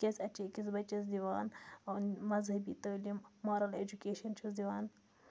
تِکیٛازِ اَتہِ چھِ أکِس بَچَس دِوان مذۂبی تٲلیٖم مارٕل اٮ۪جوکیشَن چھِس دِوان